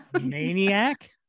Maniac